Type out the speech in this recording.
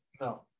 No